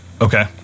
Okay